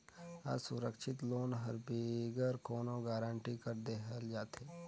असुरक्छित लोन हर बिगर कोनो गरंटी कर देहल जाथे